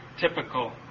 typical